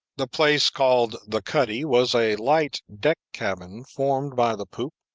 the place called the cuddy was a light deck-cabin formed by the poop,